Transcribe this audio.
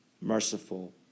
merciful